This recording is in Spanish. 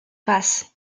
paz